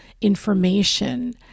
information